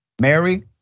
Mary